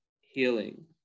healing